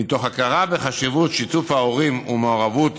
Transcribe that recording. מתוך הכרה בחשיבות שיתוף ההורים והמעורבות